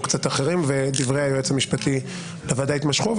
קצת אחרים ודברי היועץ המשפטי לוועדה התמשכו.